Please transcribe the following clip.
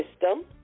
system